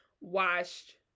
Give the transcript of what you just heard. washed